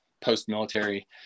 post-military